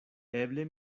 eble